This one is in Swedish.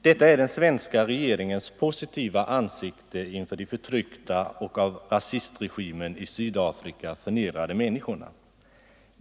Detta är den svenska regeringens positiva ansikte inför de förtryckta och av rasistregimen i Sydafrika förnedrade människorna.